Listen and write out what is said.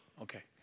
Okay